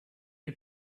you